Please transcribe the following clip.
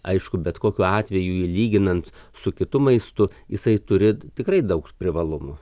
aišku bet kokiu atveju jį lyginant su kitu maistu jisai turi tikrai daug privalumų